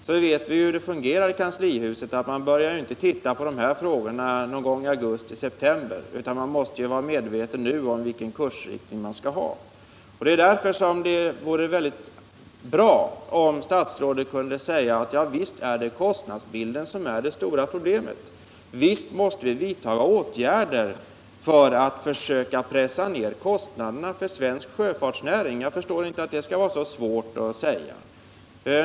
Och vi vet ju hur det fungerar i kanslihuset — man börjar inte titta på dessa frågor någon gång i augusti eller september, utan man måste redan nu vara medveten om vilken kurs man ämnar följa. Det vore därför väldigt bra om statsrådet kunde säga: Visst är det kostnadsbilden som är det stora problemet, visst måste vi vidta åtgärder för att försöka pressa ned kostnaderna för svensk sjöfartsnäring. Jag förstår inte att det skall vara så svårt att säga det.